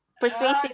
Persuasive